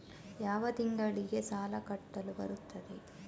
ಯಾವ ತಿಂಗಳಿಗೆ ಸಾಲ ಕಟ್ಟಲು ಬರುತ್ತದೆ?